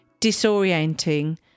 disorienting